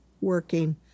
working